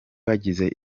bagize